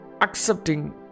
accepting